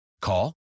Call